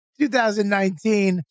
2019